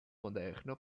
moderno